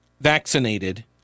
vaccinated